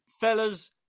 fellas